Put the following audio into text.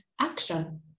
action